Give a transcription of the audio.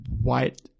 white